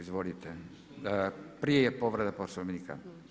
Izvolite, prije povreda Poslovnika.